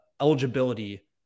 eligibility